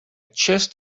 chest